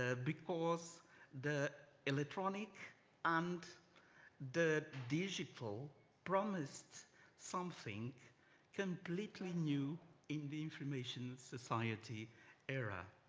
ah because the electronic and the digital promised something completely new in the information society era.